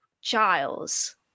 Giles